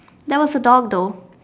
there was a dog though